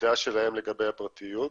והעמדה שלכם לגבי הפרטיות.